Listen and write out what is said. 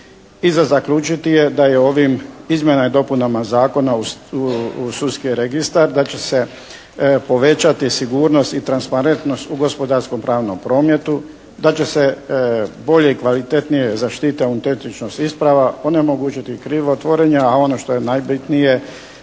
u sudski registar da će se povećati sigurnost u sudski registar, da će povećati sigurnost i transparentnost u gospodarskom pravnom prometu, da će se bolje i kvalitetnije zaštititi autentičnost isprava, onemogućiti krivotvorenje, a ono što je najbitnije